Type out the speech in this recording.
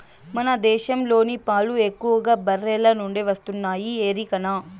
మన దేశంలోని పాలు ఎక్కువగా బర్రెల నుండే వస్తున్నాయి ఎరికనా